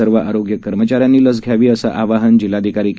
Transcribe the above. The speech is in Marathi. सर्व आरोग्य कर्मचाऱ्यांनी लस घ्यावी अस आवाहन जिल्हाधिकारी के